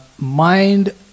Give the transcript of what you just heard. mind